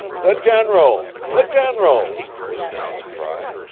the general! the general was now the cry.